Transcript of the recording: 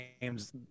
games